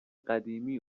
قدیمی